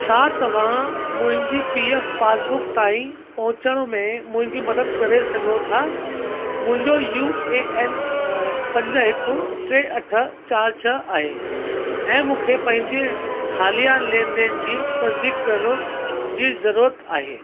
छा तव्हां मुंहिंजी पीएफ पासबुक ताईं पहुचण में मुंहिंजी मदद करे सघो था मुंहिंजो यू ए एन पंज हिकु टे अठ चारि छह आहे ऐं मूंखे पंहिंजे हालिया लेनदेन जी तसदीक करण जी ज़रूरत आहे